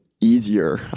easier